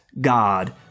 God